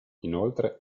inoltre